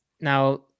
now